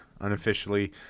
unofficially